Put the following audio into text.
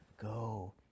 Go